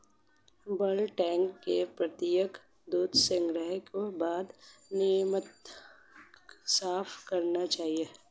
bulk tank को प्रत्येक दूध संग्रह के बाद नियमित साफ करना चाहिए